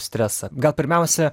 stresą gal pirmiausia